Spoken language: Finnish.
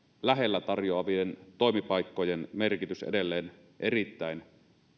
lähellä tarjoavien toimipaikkojen merkitys edelleen erittäin